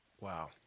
wow